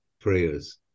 prayers